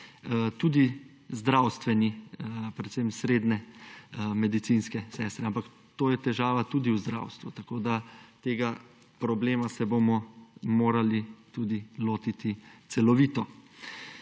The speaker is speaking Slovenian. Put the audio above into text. Tudi zdravstveni, predvsem srednje medicinske sestre, ampak to je težava tudi v zdravstvu. Tako se bomo tega problema morali tudi lotiti celovito.